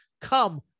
come